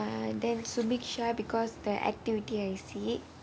ya then subisha because the activity I_C